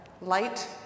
light